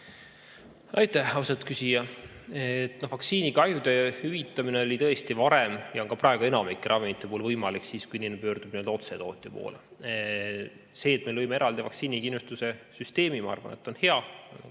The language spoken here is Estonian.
Aitäh, austatud küsija! Vaktsiinikahjude hüvitamine oli tõesti varem ja on ka praegu enamiku ravimite puhul võimalik siis, kui inimene pöördub otse tootja poole. See, et me lõime eraldi vaktsiinikindlustuse süsteemi, ma arvan, on hea. Kiidan